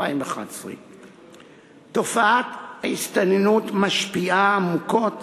התשע"א 2011. תופעת ההסתננות משפיעה עמוקות